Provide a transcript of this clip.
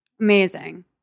Amazing